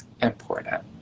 important